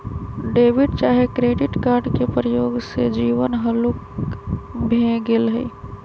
debit चाहे credit card के प्रयोग से जीवन हल्लुक भें गेल हइ